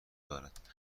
دارد